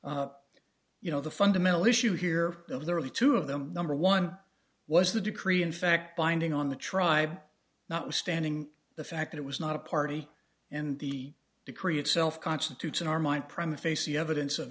case you know the fundamental issue here of the really two of them number one was the decree in fact binding on the tribe not withstanding the fact that it was not a party and the decree itself constitutes in our mind prime facie evidence of